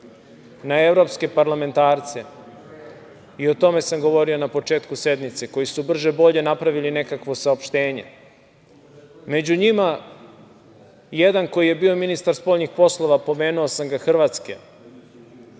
na evropske parlamentarce i o tome sam govorio na početku sednice, koji su brže bolje napravili nekakvo saopštenje. Među njima i jedan koji je bio ministar spoljnih poslova Hrvatske,